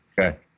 Okay